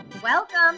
Welcome